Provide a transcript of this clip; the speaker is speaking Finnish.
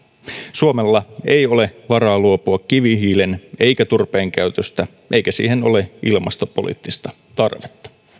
suomella ei ole varaa luopua kivihiilen eikä turpeen käytöstä eikä siihen ole ilmastopoliittista tarvetta